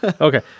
Okay